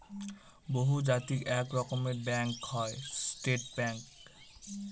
বহুজাতিক এক রকমের ব্যাঙ্ক হয় স্টেট ব্যাঙ্ক